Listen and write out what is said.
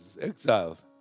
exiled